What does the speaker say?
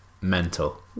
mental